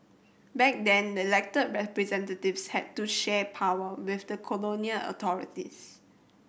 back then the elected representatives had to share power with the colonial authorities